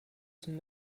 zum